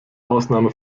ausnahme